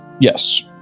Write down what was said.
Yes